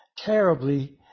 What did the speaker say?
Terribly